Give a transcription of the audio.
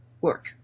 work